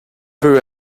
peu